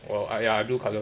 我哎呀 I blue colour